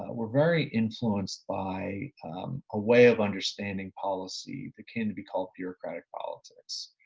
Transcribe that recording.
were very influenced by a way of understanding policy that can be called bureaucratic politics.